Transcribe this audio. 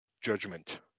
judgment